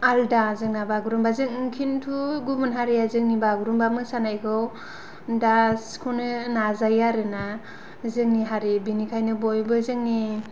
आलादा जोंना बागुरुमबा जों किन्तु गुबुन हारिआ जोंनि बागुरुमबा मोसानायखौ दा सिख'नो नाजायो आरोना जोंनि हारि बेनिखायनो बयबो जोंनि हारि